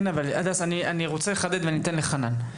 הדס, אני רוצה לחדד ואני אתן לחנן.